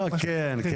כן.